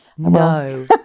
No